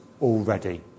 already